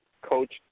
Coach